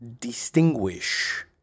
distinguish